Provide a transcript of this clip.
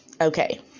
okay